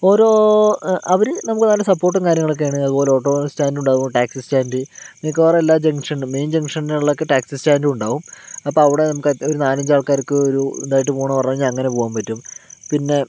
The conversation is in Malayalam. ഓരോ അവർ നമുക്ക് നല്ല സപ്പോർട്ടും കാര്യങ്ങളുമൊക്കെ ആണ് അതുപോലെ ഓട്ടോ സ്റ്റാൻഡ് ഉണ്ടാകും ടാക്സി സ്റ്റാൻഡ് മിക്കവാറും എല്ലാ ജംഗ്ഷനിലും മെയിൻ ജംഗ്ഷനുകളിലൊക്കെ ടാക്സി സ്റ്റാൻഡും ഉണ്ടാകും അപ്പോൾ അവിടെ നമുക്ക് ഒരു നാലഞ്ച് ആൾക്കാർക്ക് ഒരു ഇതായിട്ട് പോകണമെന്ന് പറഞ്ഞ് കഴിഞ്ഞാൽ അങ്ങനെ പോകാൻ പറ്റും പിന്നെ